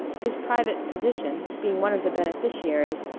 his private physician, being one of the beneficiaries,